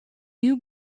new